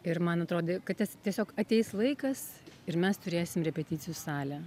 ir man atrodė kad tas tiesiog ateis laikas ir mes turėsim repeticijų salę